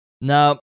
Now